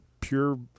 pure